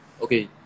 okay